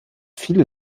viele